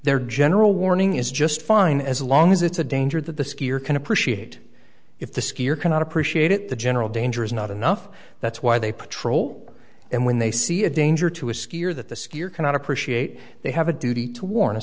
their general warning is just fine as long as it's a danger that the skier can appreciate if the skier cannot appreciate it the general danger is not enough that's why they patrol and when they see a danger to a skier that the skier cannot appreciate they have a duty to warn a